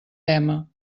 tema